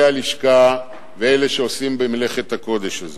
הלשכה ואלה שעושים במלאכת הקודש הזאת.